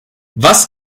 was